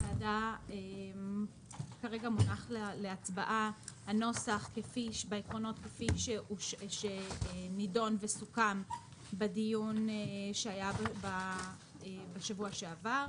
לוועדה כרגע מונח להצבעה הנוסח כפי שנדון וסוכם בדיון שהיה בשבוע שעבר,